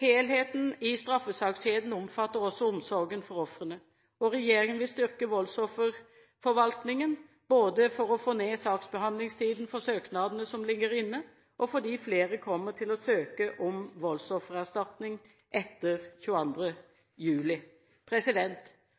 Helheten i straffesakskjeden omfatter også omsorgen for ofrene. Regjeringen vil styrke voldsofferforvaltningen, både for å få ned saksbehandlingstiden for søknader som ligger inne, og fordi flere kommer til å søke om voldsoffererstatning etter 22. juli.